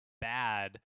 bad